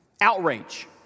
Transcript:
outrage